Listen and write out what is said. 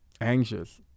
anxious